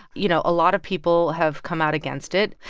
you know, a lot of people have come out against it.